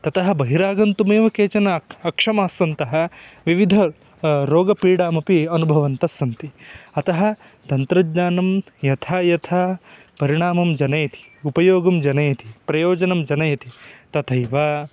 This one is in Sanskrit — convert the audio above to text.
ततः बहिरागन्तुमेव केचन अक्षमास्सन्तः विविधान् रोगपीडामपि अनुभवन्तस्सन्ति अतः तन्त्रज्ञानं यथा यथा परिणामं जनयति उपयोगं जनयति प्रयोजनं जनयति तथैव